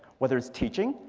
whether it's teaching,